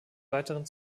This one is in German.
weiteren